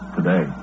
Today